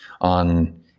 on